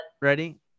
Ready